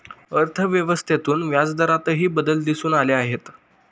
अर्थव्यवस्थेतून व्याजदरातही बदल दिसून आले आहेत